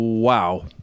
Wow